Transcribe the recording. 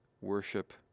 worship